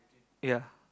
ya